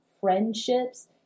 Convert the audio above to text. friendships